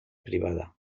privada